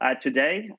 today